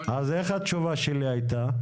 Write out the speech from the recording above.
גם לפי --- אז איך התשובה שלי הייתה?